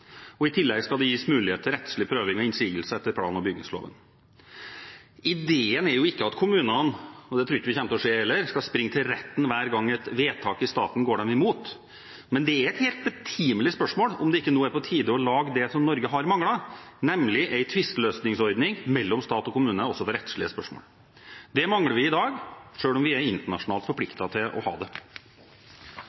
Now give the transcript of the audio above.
I tillegg skal det gis mulighet til rettslig prøving og innsigelse etter plan- og bygningsloven. Ideen er ikke at kommunene skal springe til retten hver gang et vedtak i staten går dem imot – og det tror vi ikke kommer til å skje heller – men det er et helt betimelig spørsmål om det nå ikke er på tide å lage det som Norge har manglet, nemlig en tvisteløsningsordning mellom stat og kommune også for rettslige spørsmål. Det mangler vi i dag, selv om vi er internasjonalt